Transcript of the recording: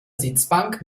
sitzbank